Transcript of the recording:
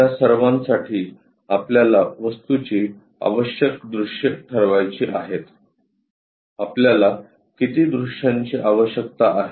त्या सर्वांसाठी आपल्याला वस्तूची आवश्यक दृश्ये ठरवायची आहेत आपल्याला किती दृश्यांची आवश्यकता आहे